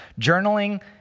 Journaling